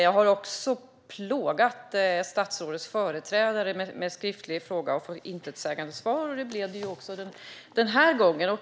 Jag har också plågat statsrådets föregångare med en skriftlig fråga och fått ett intetsägande svar, vilket det också blev den här gången.